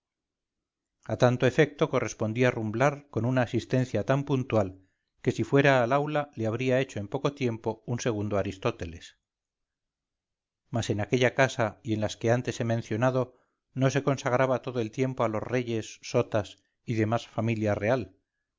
a tanto efecto correspondía rumbrar con una asistencia tan puntual que si fuera al aula le habría hecho en poco tiempo un segundo aristóteles mas en aquella casa y en las que antes he mencionado no se consagraba todo el tiempo a los reyes sotas y demás real